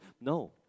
No